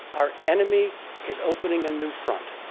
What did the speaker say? our enemy is opening a new front.